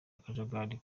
akajagari